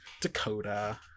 dakota